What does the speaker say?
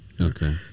Okay